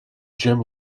jim